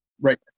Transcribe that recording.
Right